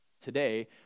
today